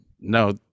No